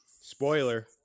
Spoiler